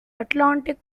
atlantic